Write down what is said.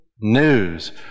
news